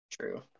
True